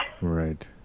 right